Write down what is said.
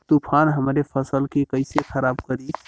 तूफान हमरे फसल के कइसे खराब करी?